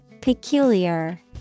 Peculiar